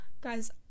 Guys-